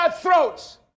throats